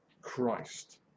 Christ